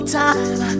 time